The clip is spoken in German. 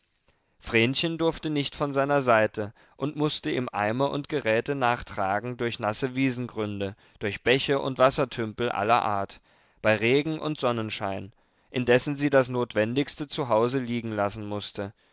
vrenchen durfte nicht von seiner seite und mußte ihm eimer und geräte nachtragen durch nasse wiesengründe durch bäche und wassertümpel aller art bei regen und sonnenschein indessen sie das notwendigste zu hause liegenlassen mußte